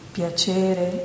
piacere